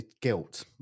guilt